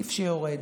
סעיף שיורד.